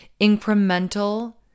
incremental